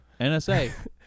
NSA